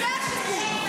זה השיקול.